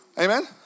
Amen